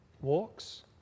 Walks